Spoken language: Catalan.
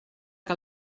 que